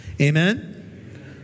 Amen